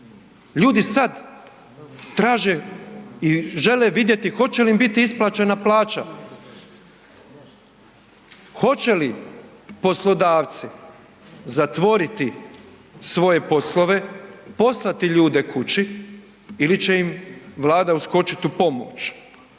ljudi sad traže i žele vidjeti hoće li im biti isplaćena plaća, hoće li poslodavci zatvoriti svoje poslove, poslati ljude kući ili će im Vlada uskočiti u pomoć.